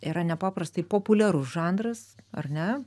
yra nepaprastai populiarus žanras ar ne